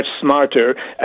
smarter